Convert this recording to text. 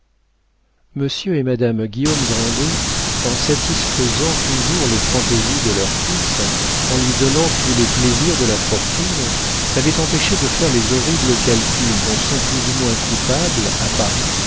monsieur et madame guillaume grandet en satisfaisant toujours les fantaisies de leur fils en lui donnant tous les plaisirs de la fortune l'avaient empêché de faire les horribles calculs dont sont plus ou moins coupables à paris